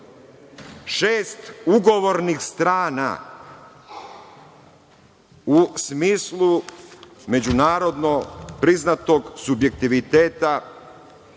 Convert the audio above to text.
ugovornih strana u smislu međunarodno priznatog subjektiviteta.